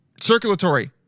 Circulatory